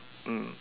mm